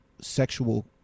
sexual